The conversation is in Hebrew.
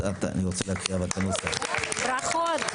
ברכות.